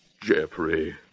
Jeffrey